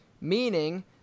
Meaning